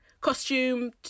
costume